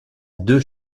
deux